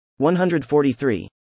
143